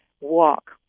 walk